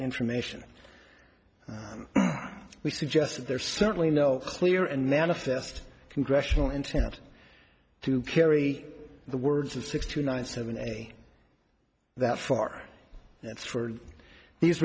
information we suggest there's certainly no clear and manifest congressional intent to carry the words of sixty nine seventy that far that's for these